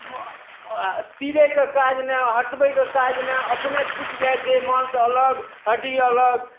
तीरैके काज नहि हटबैके काज नहि अपने छुटि जाइ छै माँस अलग हड्डी अलग